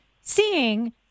seeing